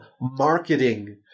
marketing